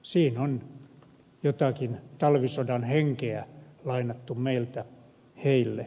siinä on jotakin talvisodan henkeä lainattu meiltä heille